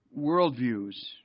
worldviews